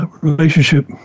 relationship